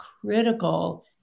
critical